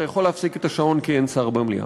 אתה יכול להפסיק את השעון, כי אין שר במליאה.